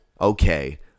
Okay